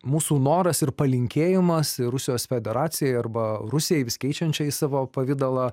mūsų noras ir palinkėjimas rusijos federacijai arba rusijai vis keičiančiais savo pavidalą